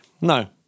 no